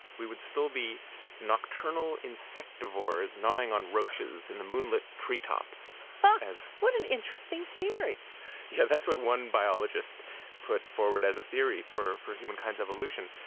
we would still be nocturnal insectivores gnawing on roaches in the moonlit treetops what an interesting theory yeah that's what one biologist put forward as a theory for for humankind's evolution.